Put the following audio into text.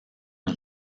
une